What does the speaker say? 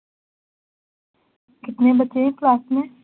کتنے بچے ہیں کلاس میں